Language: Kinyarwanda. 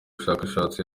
bushakashatsi